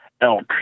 elk